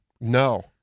No